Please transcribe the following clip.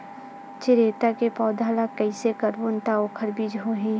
चिरैता के पौधा ल कइसे करबो त ओखर बीज होई?